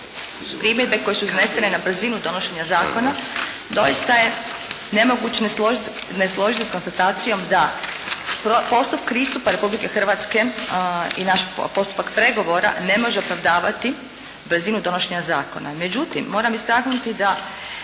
primjedbe koje su iznesene na brzinu donošenja zakona doista je nemoguće je ne složiti se s konstatacijom da …/Govornica se ne razumije./… Republike Hrvatske i naš postupak pregovora ne može opravdavati brzinu donošenja zakona. Međutim moram istaknuti da